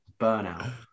burnout